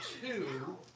two